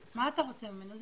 רגע, מה אתה רוצה ממנו?